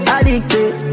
Addicted